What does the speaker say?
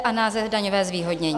A název daňové zvýhodnění?